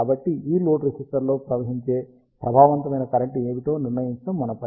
కాబట్టి ఈ లోడ్ రెసిస్టర్లో ప్రవహించే ప్రభావవంతమైన కరెంట్ ఏమిటో నిర్ణయించడం మన పని